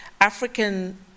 African